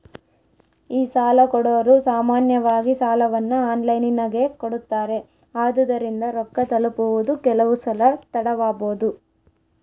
ಈ ಸಾಲಕೊಡೊರು ಸಾಮಾನ್ಯವಾಗಿ ಸಾಲವನ್ನ ಆನ್ಲೈನಿನಗೆ ಕೊಡುತ್ತಾರೆ, ಆದುದರಿಂದ ರೊಕ್ಕ ತಲುಪುವುದು ಕೆಲವುಸಲ ತಡವಾಬೊದು